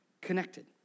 connected